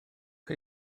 chi